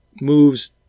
moves